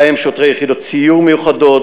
בהם שוטרי יחידות סיור מיוחדות,